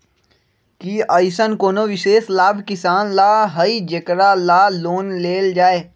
कि अईसन कोनो विशेष लाभ किसान ला हई जेकरा ला लोन लेल जाए?